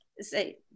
say